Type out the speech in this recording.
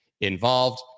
involved